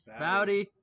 Bowdy